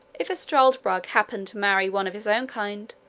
if a struldbrug happen to marry one of his own kind,